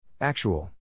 Actual